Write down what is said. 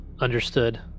understood